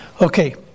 Okay